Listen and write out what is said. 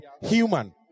human